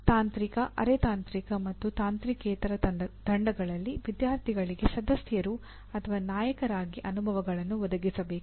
ತಾಂತ್ರಿಕ ಅರೆ ತಾಂತ್ರಿಕ ಮತ್ತು ತಾಂತ್ರಿಕೇತರ ತಂಡಗಳಲ್ಲಿ ವಿದ್ಯಾರ್ಥಿಗಳಿಗೆ ಸದಸ್ಯರು ಅಥವಾ ನಾಯಕರಾಗಿ ಅನುಭವಗಳನ್ನು ಒದಗಿಸಬೇಕು